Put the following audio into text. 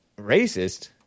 Racist